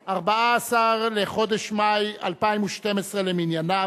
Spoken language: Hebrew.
14 בחודש מאי 2012 למניינם,